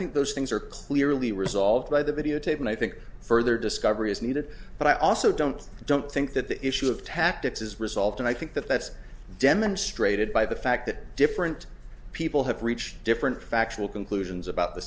think those things are clearly resolved by the videotape and i think further discovery is needed but i also don't don't think that the issue of tactics is resolved and i think that that's demonstrated by the fact that different people have reached different factual conclusions about the